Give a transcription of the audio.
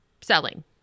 selling